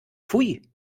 pfui